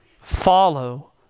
follow